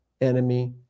enemy